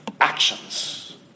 actions